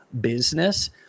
business